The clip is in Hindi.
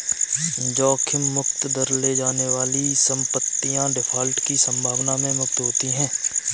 जोखिम मुक्त दर ले जाने वाली संपत्तियाँ डिफ़ॉल्ट की संभावना से मुक्त होती हैं